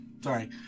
Sorry